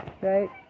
right